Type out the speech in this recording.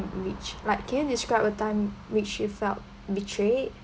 which like can you describe a time which you felt betrayed